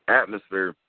atmosphere